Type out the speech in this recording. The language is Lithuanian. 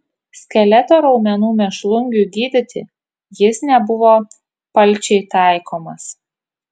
skeleto raumenų mėšlungiui gydyti jis nebuvo palčiai taikomas